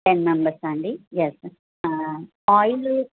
ten members అండి yes oil